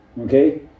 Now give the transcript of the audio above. Okay